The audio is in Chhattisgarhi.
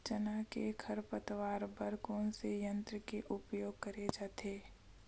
चना के खरपतवार बर कोन से यंत्र के उपयोग करे जाथे?